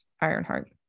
ironheart